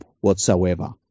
whatsoever